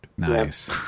Nice